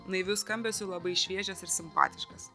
naiviu skambesiu labai šviežias ir simpatiškas